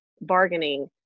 bargaining